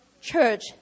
church